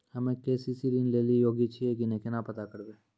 हम्मे के.सी.सी ऋण लेली योग्य छियै की नैय केना पता करबै?